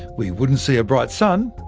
we wouldn't see a bright sun,